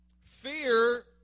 Fear